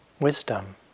wisdom